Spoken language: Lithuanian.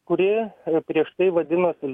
kuri prieš tai vadinosi